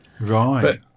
Right